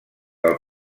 del